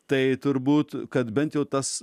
tai turbūt kad bent jau tas